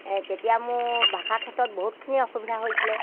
তেতিয়া মোৰ ভাষাৰ ক্ষেত্ৰত বহুতখিনিয়ে অসুবিধা হৈছিলে